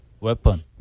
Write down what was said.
weapon